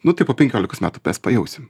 nu tai po penkiolikos metų mes pajausim